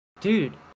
dude